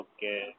Okay